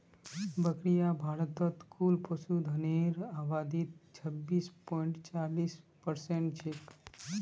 बकरियां भारतत कुल पशुधनेर आबादीत छब्बीस पॉइंट चालीस परसेंट छेक